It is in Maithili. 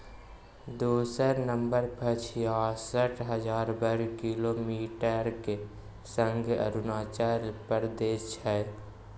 दोसर नंबर पर छियासठ हजार बर्ग किलोमीटरक संग अरुणाचल प्रदेश छै